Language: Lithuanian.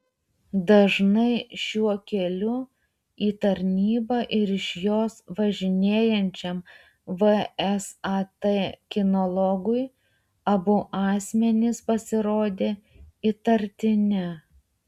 dažnai šiuo keliu į tarnybą ir iš jos važinėjančiam vsat kinologui abu asmenys pasirodė įtartini